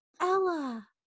ella